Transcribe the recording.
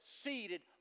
seated